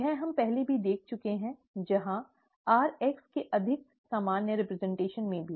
यह हम पहले भी देख चुके हैं जहां rx के अधिक सामान्य प्रतिनिधित्व में भी